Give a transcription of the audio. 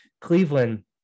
Cleveland